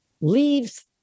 leaves